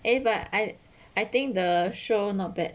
eh but I I think the show not bad